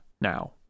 now